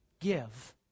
give